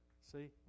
See